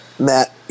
Matt